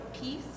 peace